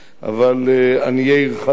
אבל עניי עירך קודם.